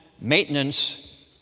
maintenance